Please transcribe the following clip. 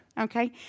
okay